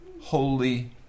holy